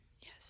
Yes